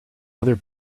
other